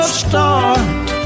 start